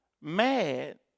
mad